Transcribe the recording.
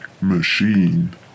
machine